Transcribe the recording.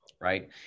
right